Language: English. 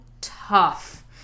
tough